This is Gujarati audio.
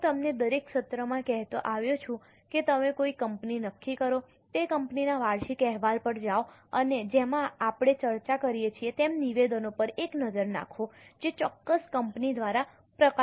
હું તમને દરેક સત્રમાં કહેતો આવ્યો છું કે તમે કોઈ કંપની નક્કી કરો તે કંપનીના વાર્ષિક અહેવાલ પર જાઓ અને જેમ આપણે ચર્ચા કરીએ છીએ તેમ નિવેદનો પર એક નજર નાખો જે ચોક્કસ કંપની દ્વારા પ્રકાશિત કરવામાં આવ્યા છે